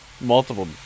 multiple